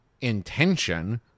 intention